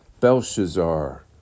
Belshazzar